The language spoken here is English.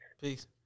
Peace